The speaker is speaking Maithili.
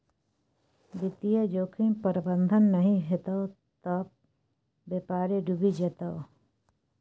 वित्तीय जोखिम प्रबंधन नहि हेतौ त बेपारे डुबि जेतौ